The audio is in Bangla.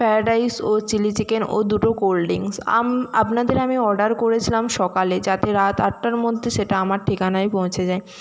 ফ্রায়েড রাইস ও চিলি চিকেন ও দুটো কোলড্রিংস আম আপনাদের আমি অর্ডার করেছিলাম সকালে যাতে রাত আটটার মধ্যে সেটা আমার ঠিকানায় পৌঁছে যায়